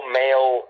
male